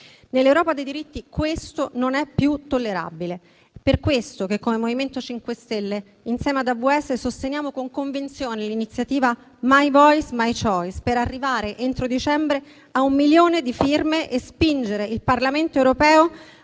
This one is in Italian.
Nell’Europa dei diritti ciò non è più tollerabile. È per questo che, come MoVimento 5 Stelle, insieme all’Alleanza Verdi e Sinistra, sosteniamo con convinzione l’iniziativa «My voice my choice» per arrivare entro dicembre a un milione di firme e spingere il Parlamento europeo